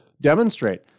demonstrate